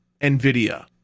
NVIDIA